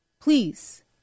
please